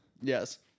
Yes